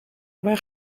waar